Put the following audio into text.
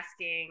asking